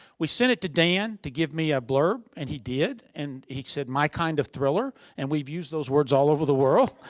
we sent it to dan to give me a blurb and he did and said, my kind of thriller. and we've used those words all over the world.